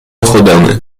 خودمه